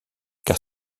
car